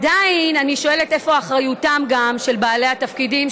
עדיין אני שואלת איפה אחריותם של בעלי התפקידים,